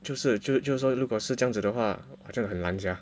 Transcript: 就是就是就是说如果是这样子的话真的很难 sia